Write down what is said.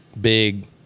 big